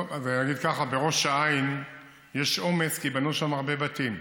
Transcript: אני אגיד ככה: בראש העין יש עומס כי בנו שם הרבה בתים.